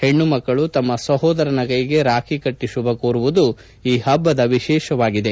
ಹೆಣ್ಣುಮಕ್ಕಳು ತಮ್ನ ಸಹೋದರರ ಕೈಗೆ ರಾಖಿ ಕಟ್ಟ ಶುಭಕೋರುವುದು ಈ ಹಬ್ಬದ ವಿಶೇಷವಾಗಿದೆ